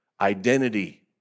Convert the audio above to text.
identity